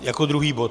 Jako druhý bod?